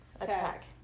Attack